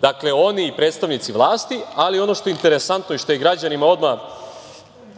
čas, oni i predstavnici vlasti, ali ono što je interesantno i ono što građanima odmah je